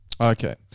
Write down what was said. Okay